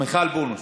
מיכל וונש.